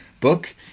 book